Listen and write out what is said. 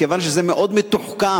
כיוון שזה מאוד מתוחכם.